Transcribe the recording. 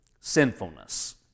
sinfulness